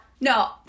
no